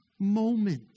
moment